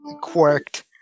quirked